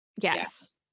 yes